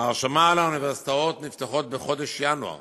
ההרשמה לאוניברסיטאות נפתחת בחודש ינואר.